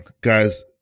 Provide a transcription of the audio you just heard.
Guys